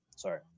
Sorry